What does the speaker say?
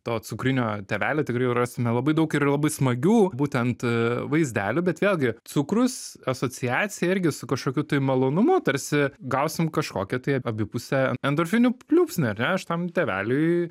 to cukrinio tėveliai tikrai rasime labai daug ir labai smagių būtent vaizdelių bet vėlgi cukrus asociacija irgi su kažkokiu tai malonumu tarsi gausim kažkokią tai abipusę endorfinų pliūpsnį ar ne aš tam tėveliui